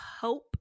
hope